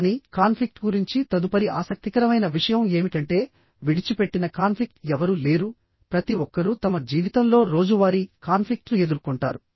కానీ కాన్ఫ్లిక్ట్ గురించి తదుపరి ఆసక్తికరమైన విషయం ఏమిటంటే విడిచిపెట్టిన కాన్ఫ్లిక్ట్ ఎవరూ లేరు ప్రతి ఒక్కరూ తమ జీవితంలో రోజువారీ కాన్ఫ్లిక్ట్ ను ఎదుర్కొంటారు